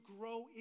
grow